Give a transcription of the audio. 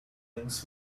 rings